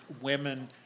women